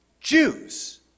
Jews